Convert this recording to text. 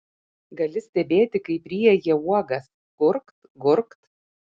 gali stebėti kaip ryja jie uogas gurkt gurkt